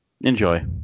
enjoy